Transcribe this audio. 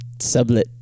sublet